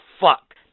fuck